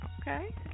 Okay